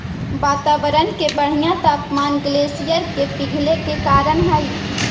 वातावरण के बढ़ित तापमान ग्लेशियर के पिघले के कारण हई